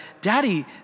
Daddy